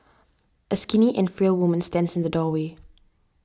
a skinny and frail woman stands in the doorway